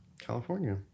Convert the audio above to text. California